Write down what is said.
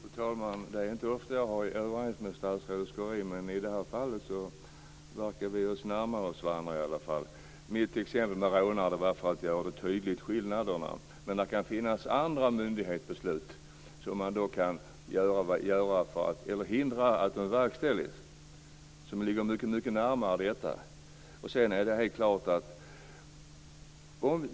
Fru talman! Det är inte ofta jag är överens med statsrådet Schori. I det här fallet verkar vi dock närma oss varandra. Jag tog upp exemplet med rånaren för att göra skillnaderna tydliga. Det kan finnas andra myndighetsbeslut, som man kan hindra verkställandet av, som ligger mycket närmare det vi diskuterar.